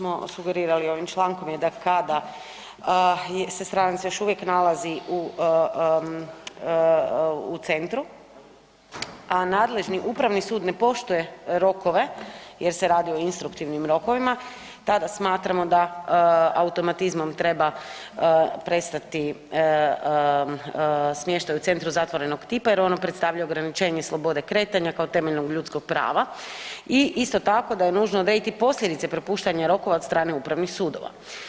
Da, dakle no što smo sugerirali ovim člankom je da kada se stranac još uvijek nalazi u centru, a nadležni upravni sud ne poštuje rokove jer se radi o instruktivnim rokovima tada smatramo da automatizmom treba prestati smještaj u centru za otvorenog tipa jer ono predstavlja ograničenje slobode kretanja kao temeljnog ljudskog prava i isto tako da je nužno odrediti posljedice propuštanje rokova od strane upravnih sudova.